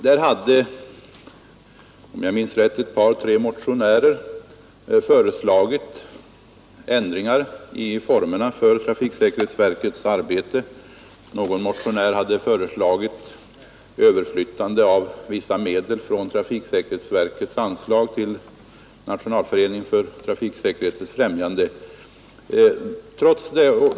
Där hade, om jag minns rätt, ett par tre motionärer föreslagit ändringar i formerna för trafiksäkerhetsverkets arbete. Någon motionär hade föreslagit överflyttande av vissa medel från trafiksäkerhetsverkets anslag till Nationalföreningen för trafiksäkerhetens främjande.